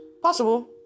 Possible